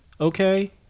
Okay